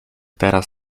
teraz